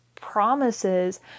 promises